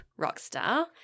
Rockstar